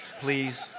Please